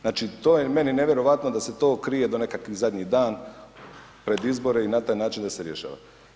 Znači, to je meni nevjerojatno da se to krije do nekakvi zadnji dan pred izbore i na taj način da se rješava.